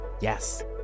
Yes